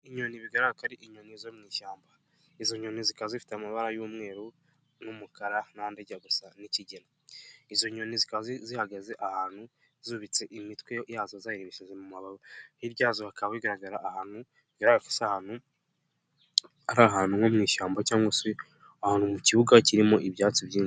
Inyoni bigaragara ko izo nyoni ari izo mu ishyamba. Izo nyoni zikaba zifite amabara y'umweru n'umukara, n'andijya gusa n'ikigina, izo nyoni zikaba zihagaze, bigaragara ko ari ahantu mu ishyamba cyangwa se ahantu mu kibuga kirimo ibyatsi byinshi.